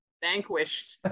vanquished